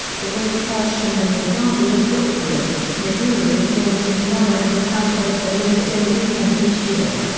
the great pershing balloon derby at brookfield, missouri is named in his honor and is held over the labor day weekend each year.